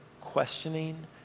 questioning